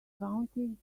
counting